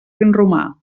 vinromà